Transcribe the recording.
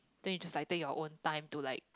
then you just like take your own time to like